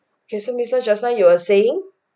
okay so mister just now you were saying